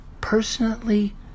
personally